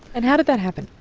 and how did that happen?